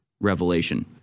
revelation